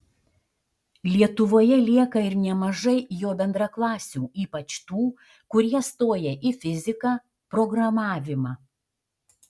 lietuvoje lieka ir nemažai jo bendraklasių ypač tų kurie stoja į fiziką programavimą